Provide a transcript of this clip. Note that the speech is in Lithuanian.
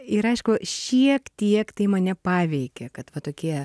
ir aišku šiek tiek tai mane paveikė kad va tokie